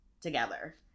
together